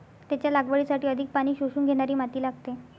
त्याच्या लागवडीसाठी अधिक पाणी शोषून घेणारी माती लागते